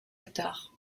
attard